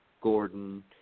Gordon